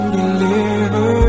deliver